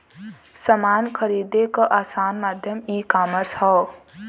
समान खरीदे क आसान माध्यम ईकामर्स हौ